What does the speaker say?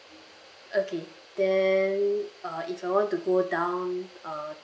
okay then uh if I want to go down uh